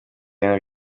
ibintu